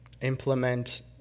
implement